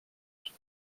minut